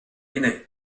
hinne